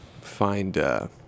find